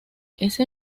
ese